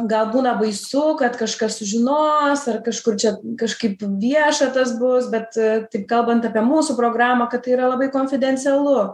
gal būna baisu kad kažkas sužinos ar kažkur čia kažkaip vieša tas bus bet taip kalbant apie mūsų programą kad tai yra labai konfidencialu